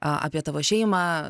apie tavo šeimą